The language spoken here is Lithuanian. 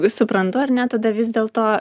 suprantu ar ne tada vis dėlto